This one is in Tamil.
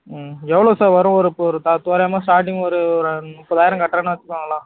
ம் எவ்வளோ சார் வரும் ஒரு ஒரு பா தோராயமாக ஸ்டார்டிங் ஒரு முப்பதாயிரம் கட்டுறோன்னு வச்சிகோங்களே